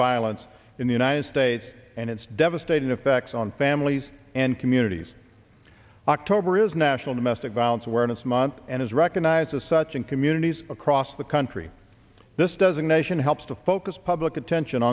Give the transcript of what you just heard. violence in the united states and its devastating effects on families and communities october is national domestic violence awareness month and is recognized as such in communities across the country this doesn't nation helps to focus public attention